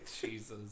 jesus